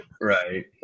Right